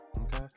okay